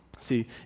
See